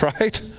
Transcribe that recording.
right